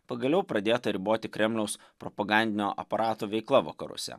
pagaliau pradėta riboti kremliaus propagandinio aparato veikla vakaruose